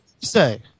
say